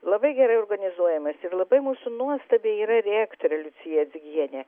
labai gerai organizuojamos ir labai mūsų nuostabi yra rektorė liucija dzigienė